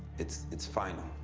it's it's final.